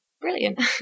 Brilliant